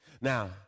Now